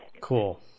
Cool